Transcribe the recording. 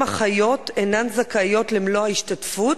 גם אחיות אינן זכאיות למלוא ההשתתפות,